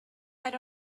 had